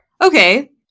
Okay